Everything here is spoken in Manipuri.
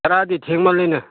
ꯇꯔꯥꯗꯤ ꯊꯦꯡꯃꯜꯂꯤꯅꯦ